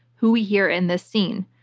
who we hear in this scene.